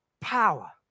power